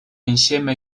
insieme